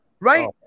right